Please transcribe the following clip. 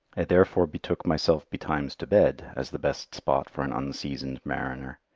i therefore betook myself betimes to bed as the best spot for an unseasoned mariner.